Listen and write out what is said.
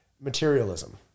materialism